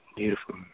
Beautiful